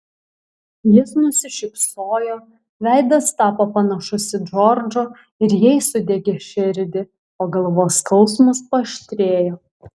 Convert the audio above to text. jis nusišypsojo veidas tapo panašus į džordžo ir jai sudiegė širdį o galvos skausmas paaštrėjo